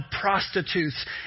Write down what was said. prostitutes